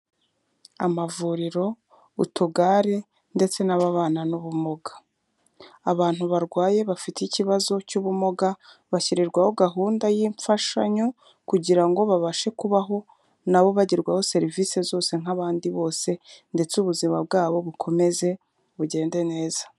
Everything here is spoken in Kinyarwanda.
Amavuriro, utugare ndetse n'ababana n'ubumuga. Abantu barwaye bafite ikibazo cy'ubumuga bashyirirwaho gahunda y'imfashanyo kugira ngo babashe kubaho na bo bagerwaho serivisi zose nk'abandi bose, ndetse ubuzima bwabo bukomeze bugende neza.